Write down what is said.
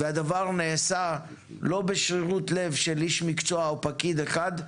והדבר נעשה לא בשרירות לב של איש מקצוע או פקיד אחד,